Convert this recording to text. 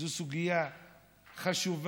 זו סוגיה חשובה,